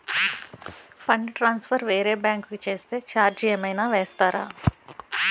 Fund transfer వేరే bank కి చేస్తే ఛార్జ్ ఏమైనా వేస్తారా?